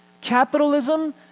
Capitalism